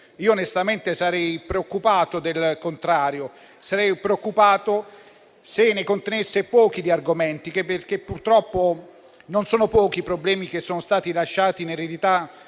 io onestamente sarei preoccupato del contrario: sarei preoccupato se ne contenesse pochi, perché purtroppo non sono pochi i problemi che sono stati lasciati in eredità